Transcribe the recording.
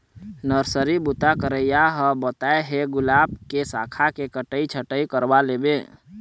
nursery बूता करइया ह बताय हे गुलाब के साखा के कटई छटई करवा लेबे